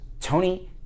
Tony